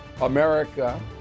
America